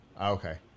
okay